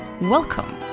Welcome